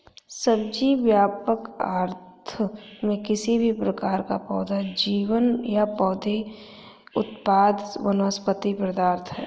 सब्जी, व्यापक अर्थों में, किसी भी प्रकार का पौधा जीवन या पौधे उत्पाद वनस्पति पदार्थ है